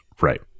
right